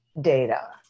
data